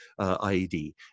IED